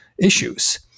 issues